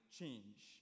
change